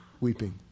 weeping